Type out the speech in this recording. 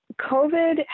COVID